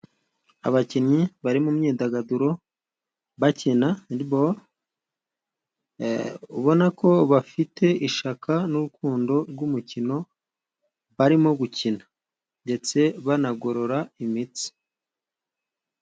Abakinnyi bari mu myidagaduro bakina hendibolo, ubona ko bafite ishyaka n'urukundo rw'umukino, barimo gukina ndetse banagorora imitsi.